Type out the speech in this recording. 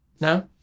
No